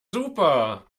super